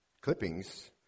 Clippings